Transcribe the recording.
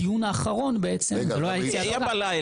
הדיון האחרון יהיה ביום שלישי.